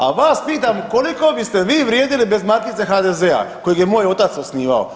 A vas pitam koliko biste vi vrijedili bez markice HDZ-a kojeg je moj otac osnivao?